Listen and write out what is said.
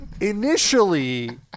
initially